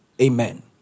Amen